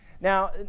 Now